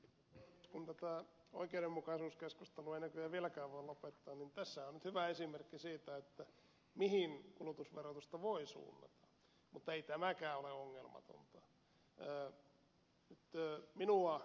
kun tätä oikeudenmukaisuuskeskustelua ei näköjään vieläkään voi lopettaa niin tässähän on nyt hyvä esimerkki siitä mihin kulutusverotusta voi suunnata mutta ei tämäkään ole ongelmatonta